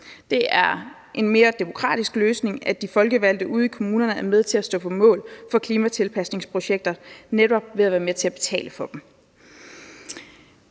Det er en mere demokratisk løsning, at de folkevalgte ude i kommunerne er med til at stå på mål for klimatilpasningsprojekter ved at være med til at betale for dem.